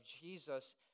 Jesus